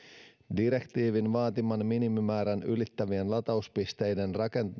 direktiivin vaatiman minimimäärän ylittävien latauspisteiden